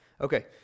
Okay